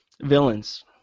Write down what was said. Villains